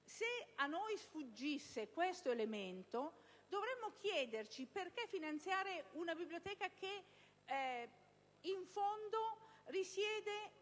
Se a noi sfuggisse questo elemento, dovremmo chiederci perché finanziare una biblioteca che in fondo ha sede